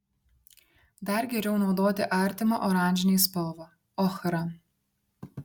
dar geriau naudoti artimą oranžinei spalvą ochrą